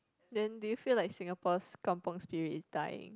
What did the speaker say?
then do you feel like Singapore's kampung Spirit is dying